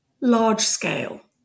large-scale